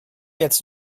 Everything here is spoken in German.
jetzt